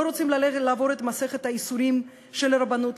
לא רוצים לעבור את מסכת הייסורים של הרבנות,